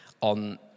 on